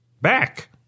Back